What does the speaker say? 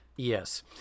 Yes